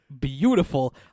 beautiful